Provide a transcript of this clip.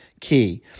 key